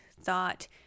thought